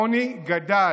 העוני גדל.